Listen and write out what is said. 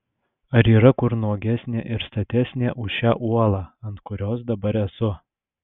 ar yra kur nuogesnė ir statesnė už šią uolą ant kurios dabar esu